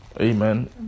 Amen